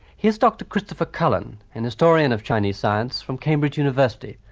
here is dr christopher cullen, an historian of chinese science from cambridge university.